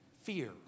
fear